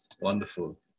wonderful